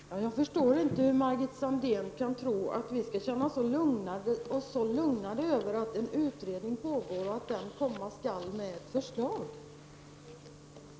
Herr talman! Jag förstår inte hur Margit Sandéhn kan tro att vi skall känna oss så lugnade av att det pågår en utredning som skall lägga fram förslag.